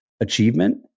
achievement